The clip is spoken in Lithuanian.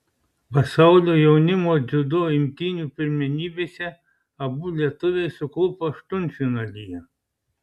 pasaulio jaunimo dziudo imtynių pirmenybėse abu lietuviai suklupo aštuntfinalyje